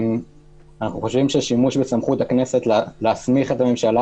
אנחנו חושבים ששימוש בסמכות הכנסת להסמיך את הממשלה